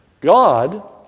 God